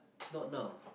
not now